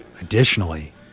Additionally